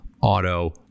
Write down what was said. auto